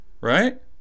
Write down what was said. Right